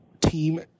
team